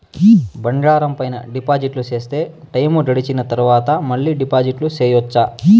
బంగారం పైన డిపాజిట్లు సేస్తే, టైము గడిసిన తరవాత, మళ్ళీ డిపాజిట్లు సెయొచ్చా?